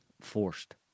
forced